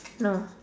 no